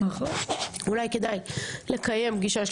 אולי כדאי לקיים פגישה.